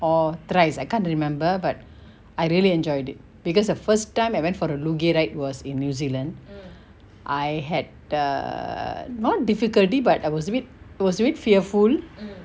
or thrice I can't remember but I really enjoyed it because the first time I went for the luge ride was in new zealand I had err not difficulty but I was a bit it was a bit fearful